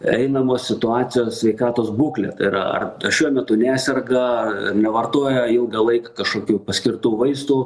einamos situacijos sveikatos būklę tai yra ar šiuo metu neserga nevartoja ilgą laiką kažkokių paskirtų vaistų